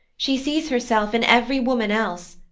she sees herself in every woman else,